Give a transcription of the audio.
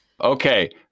Okay